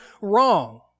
wrong